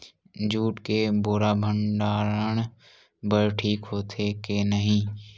Jute के बोरा भंडारण बर ठीक होथे के नहीं?